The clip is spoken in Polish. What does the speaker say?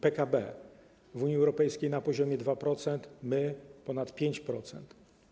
PKB w Unii Europejskiej na poziomie 2%, my - ponad 5%.